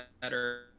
better